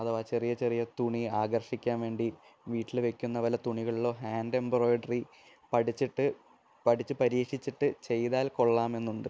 അഥവാ ചെറിയ ചെറിയ തുണി ആകർഷിക്കാൻവേണ്ടി വീട്ടിൽ വയ്ക്കുന്ന വല്ല തുണികളിലോ ഹാൻഡ് എംബ്രോയിഡ്റി പഠിച്ചിട്ട് പഠിച്ച് പരീക്ഷിച്ചിട്ട് ചെയ്താൽ കൊള്ളാമെന്നുണ്ട്